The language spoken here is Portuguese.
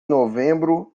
novembro